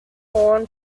horn